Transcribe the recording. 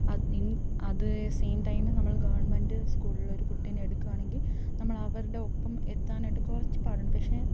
അത് same time നമ്മൾ government സ്കൂളിലെ ഒരു കുട്ടീനെ എടുക്കാണെങ്കിൽ നമ്മൾ അവരുടെ ഒപ്പം എത്താനായിട്ട് കുറച്ച് പാടുണ്ട് പക്ഷേ